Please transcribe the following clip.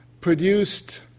produced